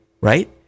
right